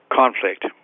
conflict